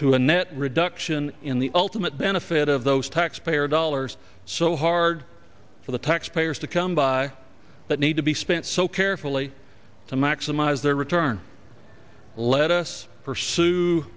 to a net reduction in the ultimate benefit of those tax or dollars so hard for the taxpayers to come by but need to be spent so carefully to maximize their return let us pursue